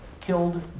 killed